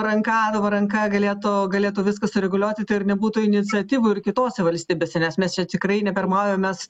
ranka dabar ranka galėtų galėtų viską sureguliuoti tai ir nebūtų iniciatyvų ir kitose valstybėse nes mes čia tikrai nepirmaujam o mes